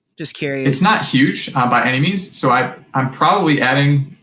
just curious. it's not huge, by any means. so i'm i'm probably adding,